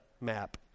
map